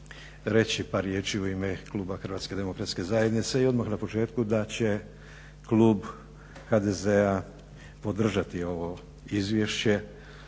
reći par riječi u ime kluba Hrvatske demokratske zajednice i odmah na početku da će klub HDZ-a podržati ovo izvješće